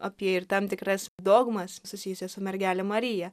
apie ir tam tikras dogmas susijusias su mergele marija